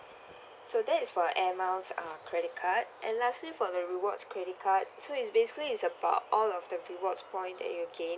so that's for airmiles uh credit card and lastly for the rewards credit card so is basically is about all of the rewards point that you've gained